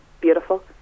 beautiful